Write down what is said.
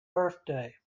birthday